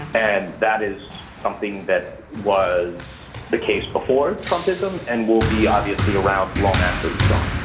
and that is something that was the case before trumpism and we'll be obviously around long after he's gone.